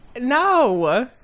no